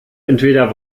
entweder